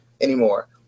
anymore